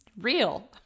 real